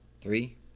Three